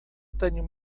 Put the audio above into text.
tenho